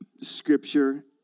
scripture